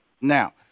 Now